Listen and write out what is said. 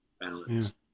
balance